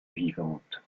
vivante